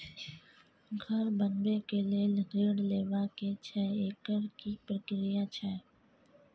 घर बनबै के लेल ऋण लेबा के छै एकर की प्रक्रिया छै?